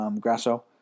Grasso